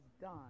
done